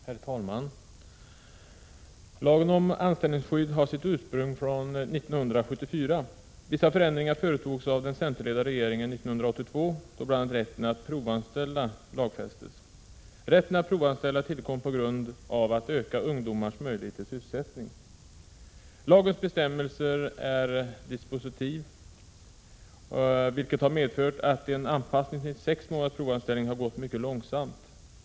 Herr talman! Lagen om anställningsskydd har sitt ursprung från 1974. Vissa förändringar företogs av den centerledda regeringen 1982, då bl.a. rätten att provanställa lagfästes. Rätten att provanställa tillkom i syfte att öka ungdomars möjlighet till sysselsättning. Lagens bestämmelser är dispositiva, vilket har medfört att en anpassning tillsex månaders provanställning har gått mycket långsamt.